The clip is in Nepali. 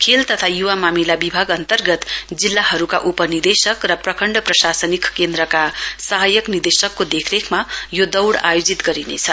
खेल तथा य्वा मामिला विभाग अन्तर्गत जिल्लाहरूका उपनिदेशक र प्रखण्ड प्रशासनिक केन्द्रका सहायक निदेशकको देखरेखमा यो दौड़ आयोजित गरिनेछ